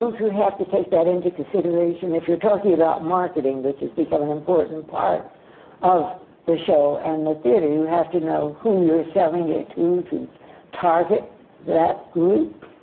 um have to take that into consideration? if you're talking about marketing, which has become an important part of the show and the theatre, you have to know who you're selling it to, to target that group.